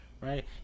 Right